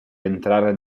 entrare